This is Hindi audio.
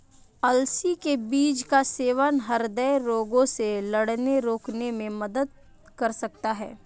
अलसी के बीज का सेवन हृदय रोगों से लड़ने रोकने में मदद कर सकता है